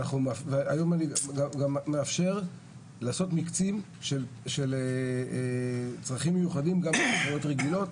והיום אני גם מאפשר לעשות מקצים של צרכים מיוחדים גם בתחרויות רגילות.